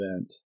event